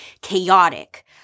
chaotic